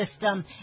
system